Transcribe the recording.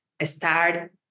Start